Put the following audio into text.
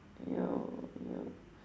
ya ya